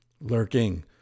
lurking